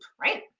right